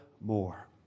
more